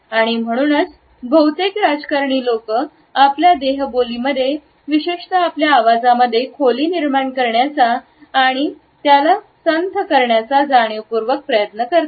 आणि म्हणूनच बहुतेक राजकारणी लोकं आपल्या देहबोली मध्ये विशेषता आपल्या आवाजामध्ये खोली निर्माण करण्याचा आणि आणि त्याला संथ करण्याचा जाणीवपूर्वक प्रयत्न करतात